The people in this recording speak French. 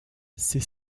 c’est